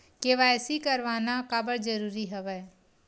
KYC करवाना काबर जरूरी हवय?